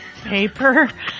paper